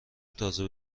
تازه